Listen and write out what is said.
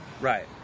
right